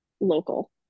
local